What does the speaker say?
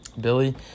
Billy